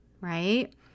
right